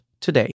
today